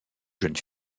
jeunes